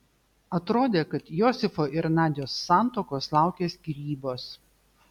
atrodė kad josifo ir nadios santuokos laukia skyrybos